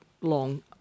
long